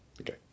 okay